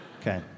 Okay